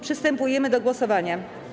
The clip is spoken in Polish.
Przystępujemy do głosowania.